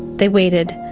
they waited.